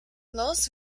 los